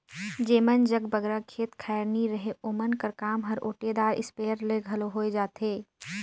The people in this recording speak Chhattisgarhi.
जेमन जग बगरा खेत खाएर नी रहें ओमन कर काम हर ओटेदार इस्पेयर ले घलो होए जाथे